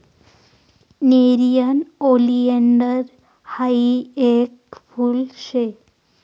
nerium oleander हायी येक फुल शे